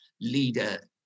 leader